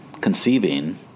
conceiving